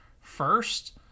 first